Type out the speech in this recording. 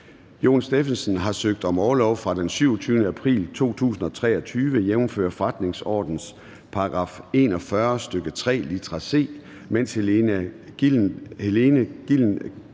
Jon Stephensen (M) har søgt om orlov fra den 27. april 2023, jf. forretningsordenens § 41, stk. 3, litra c, og medlem